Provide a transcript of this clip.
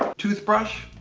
tooth brush,